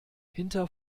hinter